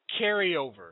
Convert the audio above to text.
carryover